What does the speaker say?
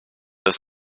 ist